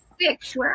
six